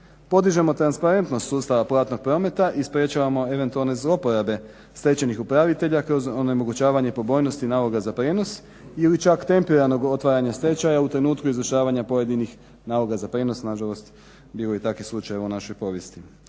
podižemo transparentnost sustava platnog prometa i sprječavamo eventualno zlouporaba stečajnih upravitelja kroz onemogućavanje probojnosti naloga za prijenos ili čak tempiranog otvaranja stečaja u trenutku izvršavanja pojedinih naloga za prijenos, nažalost bilo je i takvih slučajeva u našoj povijesti.